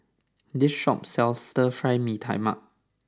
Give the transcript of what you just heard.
this shop sells Stir Fry Mee Tai Mak